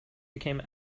became